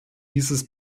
dieses